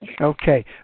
Okay